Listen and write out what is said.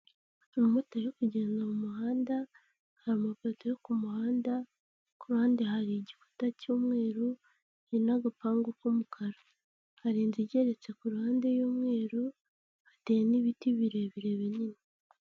Umumotari uri kugenda mu muhanda, hari amapoto yo ku muhanda, ku ruhande hari igifata cy'umweru hari n'agapangu k'umukara, hari inzu igeretse ku ruhande y'umweru, hateye n'ibiti birebire binini.